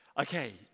Okay